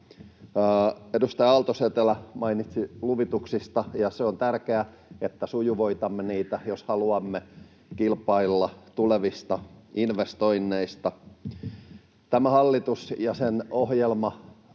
Edustaja Aalto-Setälä mainitsi luvitukset, ja se on tärkeää, että sujuvoitamme niitä, jos haluamme kilpailla tulevista investoinneista. Tämän hallituksen ohjelma